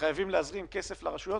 וחייבים להזרים כסף לרשויות